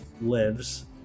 lives